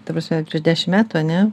ta prasme prieš dešim metų ane